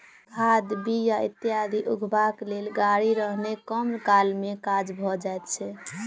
खाद, बीया इत्यादि उघबाक लेल गाड़ी रहने कम काल मे काज भ जाइत छै